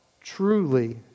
truly